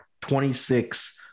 26